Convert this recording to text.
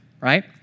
right